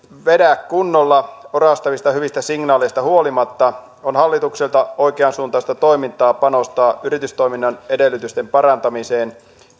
vedä kunnolla orastavista hyvistä signaaleista huolimatta on hallitukselta oikeansuuntaista toimintaa panostaa yritystoiminnan edellytysten parantamiseen